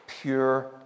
pure